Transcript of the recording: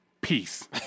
Peace